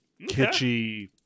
kitschy